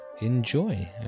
enjoy